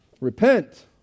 Repent